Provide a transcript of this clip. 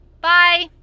Bye